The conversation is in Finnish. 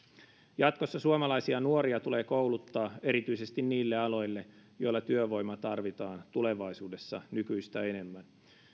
jatkossa suomalaisia nuoria tulee kouluttaa erityisesti niille aloille joilla työvoimaa tarvitaan tulevaisuudessa nykyistä enemmän